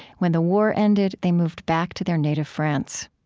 when the war ended, they moved back to their native france